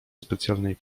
specjalnej